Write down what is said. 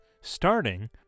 Starting